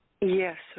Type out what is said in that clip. Yes